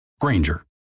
Granger